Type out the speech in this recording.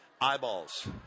eyeballs